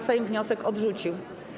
Sejm wniosek odrzucił.